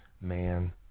man